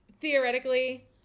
theoretically